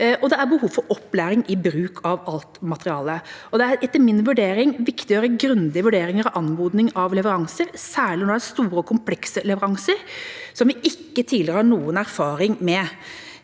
det er behov for opplæring i bruk av alt materiale. Det er etter min vurdering viktig å gjøre grundige vurderinger av anmodning av leveranser, særlig når det er store og komplekse leveranser som vi ikke tidligere har noen erfaring med.